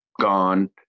gone